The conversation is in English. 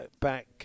back